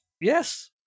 Yes